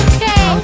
Okay